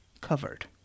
covered